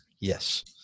Yes